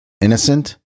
innocent